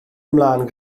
ymlaen